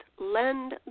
lend